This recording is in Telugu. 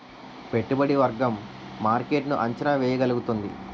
పెట్టుబడి వర్గం మార్కెట్ ను అంచనా వేయగలుగుతుంది